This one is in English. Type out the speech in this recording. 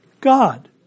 God